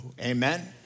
Amen